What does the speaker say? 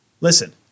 Listen